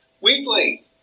weekly